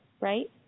right